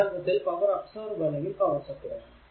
യഥാർത്ഥത്തിൽ power absorb അല്ലെങ്കിൽ power supply ആണ്